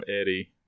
Eddie